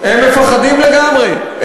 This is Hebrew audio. הם מפחדים לגמרי.